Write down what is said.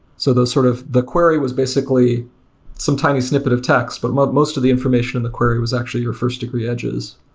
so the sort of the query was basically some tiny snippet of text, but most most of the information of the query was actually your first degree edges.